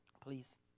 please